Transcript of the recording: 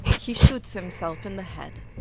he shoots himself in the head